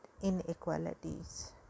inequalities